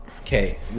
okay